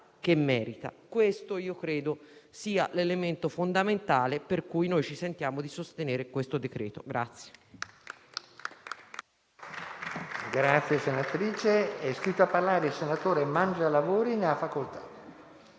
che merita. Questo è l'elemento fondamentale per cui ci sentiamo di sostenere questo decreto-legge.